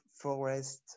forest